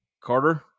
Carter